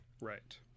right